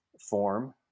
form